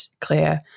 clear